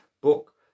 book